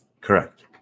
correct